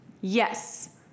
Yes